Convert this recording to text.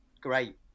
great